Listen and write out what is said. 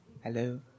Hello